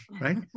right